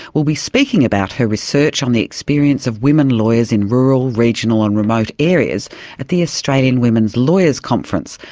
will be speaking about her research on the experience of women lawyers in rural, regional and remote areas at the australian women lawyers conference,